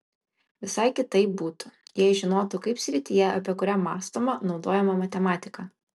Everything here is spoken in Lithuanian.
visai kitaip būtų jei žinotų kaip srityje apie kurią mąstoma naudojama matematika